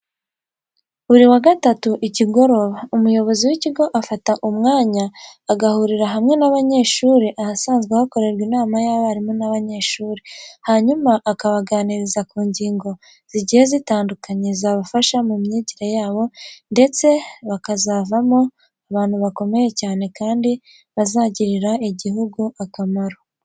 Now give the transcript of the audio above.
Buri wa gatatu ikigoroba, umuyobozi w'ikigo afata umwanya aguhurira hamwe n'abanyeshuri ahasanzwe hakorerwa inama y'abarimu n'abanyeshuri, hanyuma akabaganariza ku ngingo zigiye zitandukanye, zabafasha mu myigire yabo ndetse bakazavamo abantu bakomeye cyane kandi bazagirira igihugu akamaro.